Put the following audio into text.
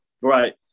Right